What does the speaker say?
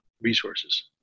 resources